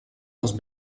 les